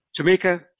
Tamika